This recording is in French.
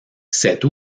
cette